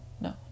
no